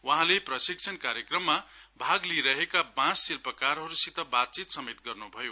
वहाँले प्रशिक्षण कार्यक्रममा भागलिइरहेका बाँस शिल्पकारहरूसित बातचित गर्नुभयो